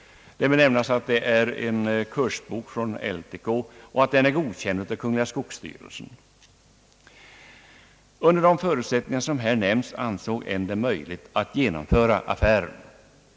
Det bör nämnas att det är en kursbok från LTK och att den är godkänd av kungl. skogsstyrelsen. Under de förutsättningar som här nämnts ansåg N det möjligt att genomföra affären.